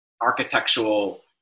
architectural